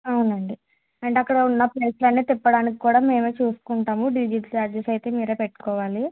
అవునండి అండ్ అక్కడ ఉన్నప్లేసులన్నీ తిప్పడానికి కుడా మేమే చూసుకుంటాము డీజిల్ ఛార్జెస్ అయితే మీరే పెట్టుకోవాలి